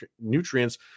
nutrients